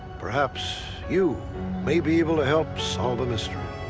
perhaps you may be able to help solve a mystery.